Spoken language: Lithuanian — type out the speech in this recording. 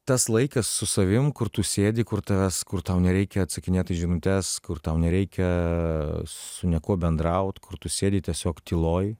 tas laikas su savim kur tu sėdi kur tavęs kur tau nereikia atsakinėt į žinutes kur tau nereikia su niekuo bendraut kur tu sėdi tiesiog tyloj